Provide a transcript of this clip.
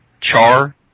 Char